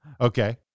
Okay